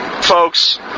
Folks